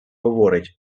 говорить